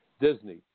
Disney